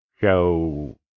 show